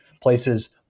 places